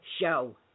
show